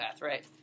right